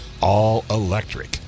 All-Electric